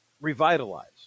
revitalize